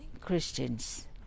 Christians